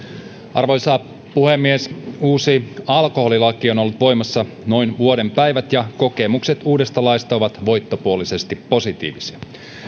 arvoisa puhemies uusi alkoholilaki on ollut voimassa noin vuoden päivät ja kokemukset uudesta laista ovat voittopuolisesti positiivisia